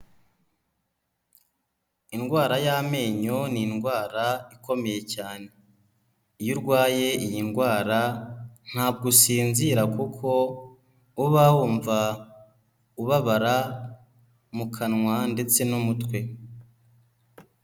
Indwara y'amenyo ni indwara ikomeye cyane, iyo urwaye iyi ndwara ntabwo usinzira kuko uba wumva ubabara mu kanwa ndetse n'umutwe.